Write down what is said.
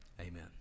Amen